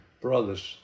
brothers